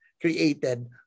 Created